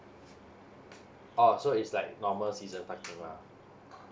[or] so it's like normal season parking lah